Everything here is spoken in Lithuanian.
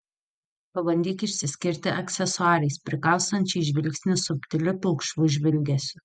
pabandyk išsiskirti aksesuarais prikaustančiais žvilgsnį subtiliu pilkšvu žvilgesiu